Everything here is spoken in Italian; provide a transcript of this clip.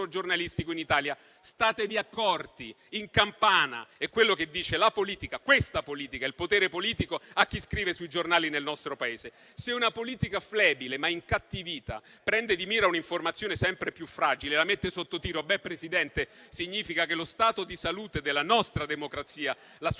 giornalistico in Italia. Statevi accorti, in campana: è quello che dicono la politica, questa politica, e il potere politico a chi scrive sui giornali nel nostro Paese. Se una politica flebile, ma incattivita, prende di mira un'informazione sempre più fragile e la mette sotto tiro, signor Presidente, significa che lo stato di salute della nostra democrazia, la sua